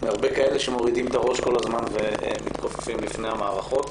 מהרבה כאלה שמורידים את הראש כל הזמן ומתכופפים בפני המערכות,